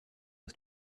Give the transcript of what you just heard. was